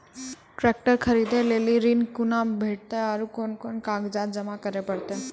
Tractor खरीदै लेल ऋण कुना भेंटते और कुन कुन कागजात जमा करै परतै?